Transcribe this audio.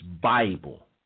bible